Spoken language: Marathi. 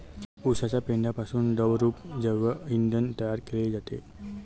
उसाच्या पेंढ्यापासून द्रवरूप जैव इंधन तयार केले जाते